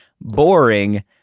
boring